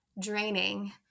draining